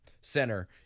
center